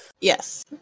Yes